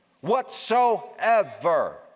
Whatsoever